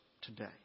today